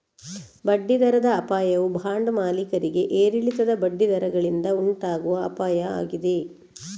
ಬಡ್ಡಿ ದರದ ಅಪಾಯವು ಬಾಂಡ್ ಮಾಲೀಕರಿಗೆ ಏರಿಳಿತದ ಬಡ್ಡಿ ದರಗಳಿಂದ ಉಂಟಾಗುವ ಅಪಾಯ ಆಗಿದೆ